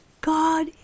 God